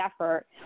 effort